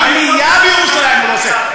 גם בנייה בירושלים הוא לא עושה.